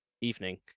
evening